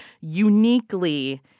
uniquely